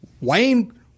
Wayne